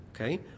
okay